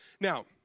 Now